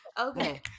okay